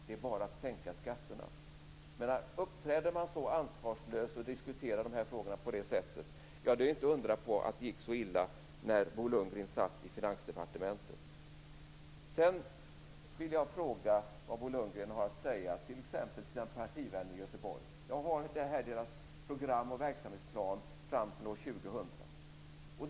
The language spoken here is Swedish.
Det är bara att sänka skatterna." Uppträder man så ansvarslöst och diskuterar de här frågorna på det sättet är det inte att undra på att det gick så illa när Sedan vill jag fråga vad Bo Lundgren har att säga t.ex. till sina partivänner i Göteborg. Jag har här deras program och verksamhetsplan fram till år 2000.